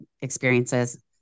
experiences